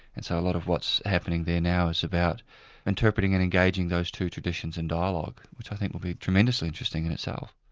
and so a lot of what's happening there now is about interpreting and engaging those two traditions in dialogue, which i think will be tremendously interesting in itself.